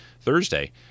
thursday